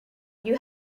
you